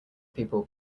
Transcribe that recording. people